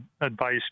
advice